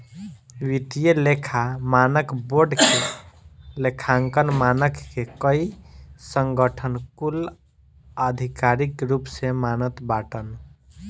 वित्तीय लेखा मानक बोर्ड के लेखांकन मानक के कई संगठन कुल आधिकारिक रूप से मानत बाटन